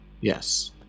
yes